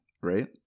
right